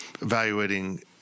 evaluating